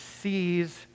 sees